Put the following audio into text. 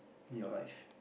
in your life